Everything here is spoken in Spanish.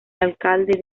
alcalde